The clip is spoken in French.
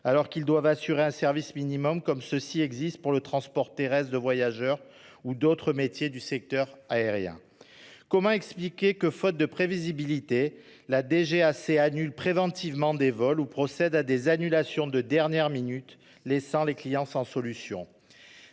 alors qu'ils doivent assurer un service minimum comme celui prévu pour le transport terrestre de voyageurs ou pour d'autres métiers du secteur aérien ? Comment expliquer que, faute de prévisibilité, la DGAC annule préventivement des vols ou procède à des annulations de dernière minute, laissant les clients sans solution ?